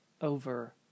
over